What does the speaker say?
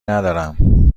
ندارم